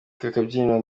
kabyiniro